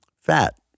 Fat